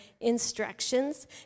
instructions